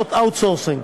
לעשות outsourcing.